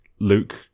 Luke